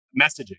messaging